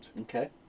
Okay